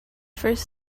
first